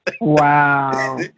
wow